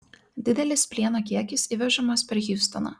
didelis plieno kiekis įvežamas per hjustoną